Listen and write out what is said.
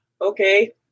Okay